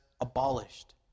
abolished